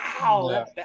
Wow